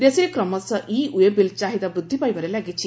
ଦେଶରେ କ୍ରମଶଃ ଇ ଓ୍ୱେବିଲ୍ର ଚାହିଦା ବୃଦ୍ଧି ପାଇବାରେ ଲାଗିଛି